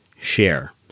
share